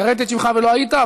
קראתי את שמך ולא היית,